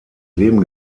leben